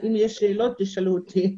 אם יש שאלות, תשאלו אותי.